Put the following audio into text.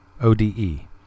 O-D-E